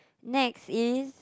next is